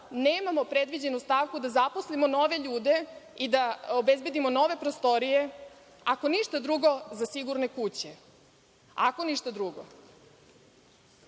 nemamo predviđenu stavku da zaposlimo nove ljude i da obezbedimo nove prostorije, ako ništa drugo, za sigurne kuće? Nije sporno